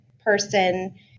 person